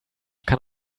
kann